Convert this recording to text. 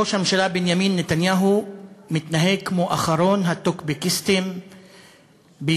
ראש הממשלה בנימין נתניהו מתנהג כמו אחרון הטוקבקיסטים בישראל: